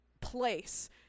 place